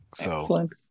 Excellent